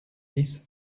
dix